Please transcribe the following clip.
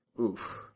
Oof